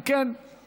אם כן,